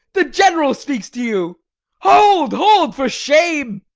the general speaks to you hold, hold, for shame!